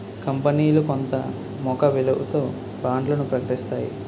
కంపనీలు కొంత ముఖ విలువతో బాండ్లను ప్రకటిస్తాయి